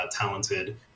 talented